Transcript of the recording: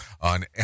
on